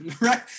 right